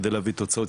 כדי להביא תוצאות.